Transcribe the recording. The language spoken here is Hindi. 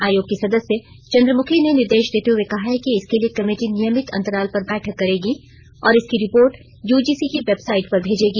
आयोग की सदस्य चंद्रमुखी ने निर्देश देते हुए कहा है कि इसके लिए कमेटी नियमित अंतराल पर बैठक करेगी और इसकी रिपोर्ट यूजीसी की बेवसाइट पर भेजेगी